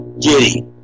giddy